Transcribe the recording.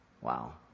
Wow